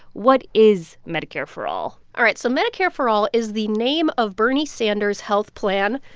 what is medicare for all? all right. so medicare for all is the name of bernie sanders' health plan.